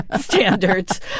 standards